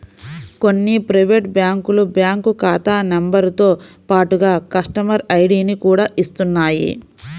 కొన్ని ప్రైవేటు బ్యాంకులు బ్యాంకు ఖాతా నెంబరుతో పాటుగా కస్టమర్ ఐడిని కూడా ఇస్తున్నాయి